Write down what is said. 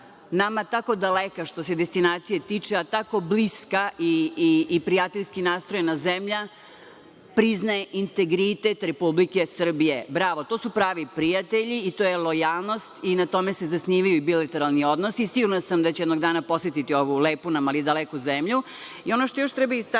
nama tako daleka, što se destinacije tiče, a tako bliska i prijateljski nastrojena zemlja priznaje integritet Republike Srbije. Bravo, to su pravi prijatelji i to je lojalnost i na tome se zasnivaju bilateralni odnosi. Sigurna sam da ću jednog dana posetiti ovu lepu nam, ali daleku zemlju. Ono što još treba istaći